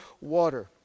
water